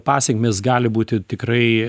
pasekmės gali būti tikrai